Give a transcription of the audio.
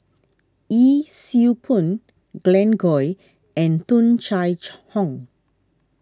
Yee Siew Pun Glen Goei and Tung Chye Hong